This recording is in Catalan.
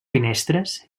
finestres